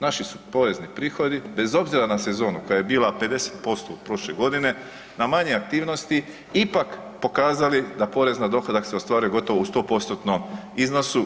Naši su porezni prihodi bez obzira na sezonu koja je bila 50% od prošle godine, na manje aktivnosti ipak pokazali da porez na dohodak se ostvaruje gotovo u 100%-tnom iznosu.